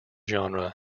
genre